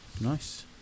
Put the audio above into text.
Nice